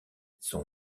son